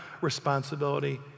responsibility